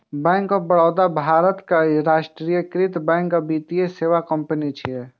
bank of Baroda भारतक राष्ट्रीयकृत bank आ वित्तीय सेवा कंपनी छियै